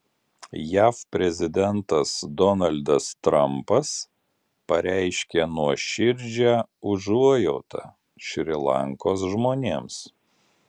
jav prezidentas donaldas trampas pareiškė nuoširdžią užuojautą šri lankos žmonėms